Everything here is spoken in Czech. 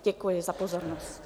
Děkuji za pozornost.